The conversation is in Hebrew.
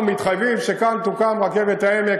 אנחנו מתחייבים שכאן תוקם רכבת העמק,